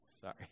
sorry